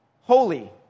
holy